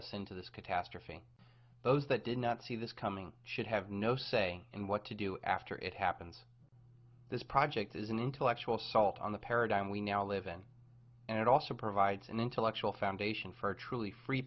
us into this catastrophe those that did not see this coming should have no say in what to do after it happens this project is an intellectual salt on the paradigm we now live in and it also provides an intellectual foundation for a truly free